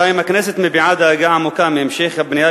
2. הכנסת מביעה דאגה עמוקה מהמשך הבנייה